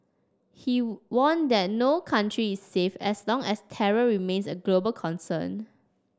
he warned that no country is safe as long as terror remains a global concern